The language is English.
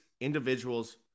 individuals